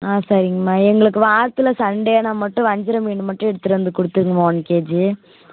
ஆ சரிங்கம்மா எங்களுக்கு வாரத்தில் சண்டேன்னா மட்டும் வஞ்சிரம் மீன் மட்டும் எடுத்துகிட்டு வந்து கொடுத்துடுங்கம்மா ஒன் கேஜி